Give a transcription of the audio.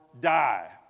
die